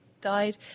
died